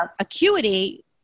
Acuity